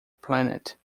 planet